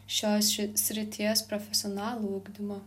šios srities profesionalų ugdymo